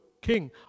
king